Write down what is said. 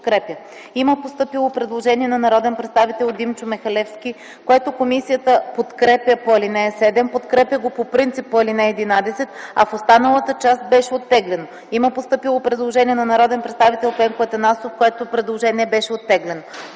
Има постъпило предложение от народния представител Димчо Михалевски, което комисията подкрепя по ал. 7, подкрепя го по принцип по ал. 11, а в останалата част беше оттеглено. Има постъпило предложение на народния представител Пенко Атанасов, което беше оттеглено.